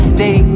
day